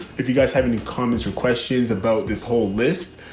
if you guys have any comments or questions about this whole list,